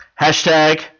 hashtag